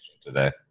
today